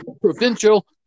provincial